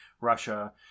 Russia